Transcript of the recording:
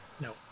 No